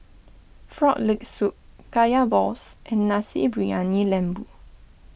Frog Leg Soup Kaya Balls and Nasi Briyani Lembu